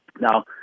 Now